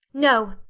no,